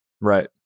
Right